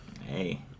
Hey